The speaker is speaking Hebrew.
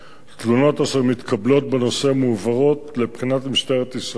4. תלונות אשר מתקבלות בנושא מועברות לבחינת משטרת ישראל,